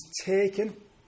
taken